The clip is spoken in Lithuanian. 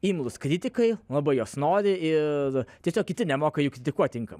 imlūs kritikai labai jos nori ir tiesiog kiti nemoka jų kritikuot tinkamai